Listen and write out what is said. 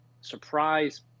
surprise